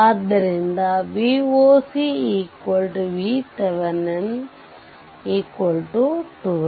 ಆದ್ದರಿಂದ Voc VThevenin 12v